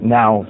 now